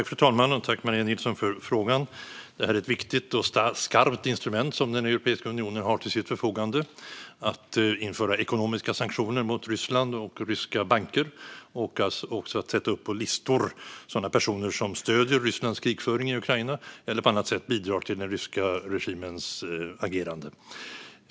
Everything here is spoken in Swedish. Fru talman! Tack, Maria Nilsson, för frågan! Det är ett viktigt och skarpt instrument som Europeiska unionen har till sitt förfogande att införa ekonomiska sanktioner mot Ryssland och ryska banker. Det gäller också att sätta upp på listor sådana personer som stöder Ryssland krigföring i Ukraina eller på annat sätt bidrar till den ryska regimens agerande.